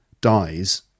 dies